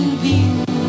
view